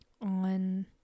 on